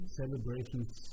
celebrations